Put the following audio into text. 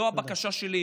זו הבקשה שלי.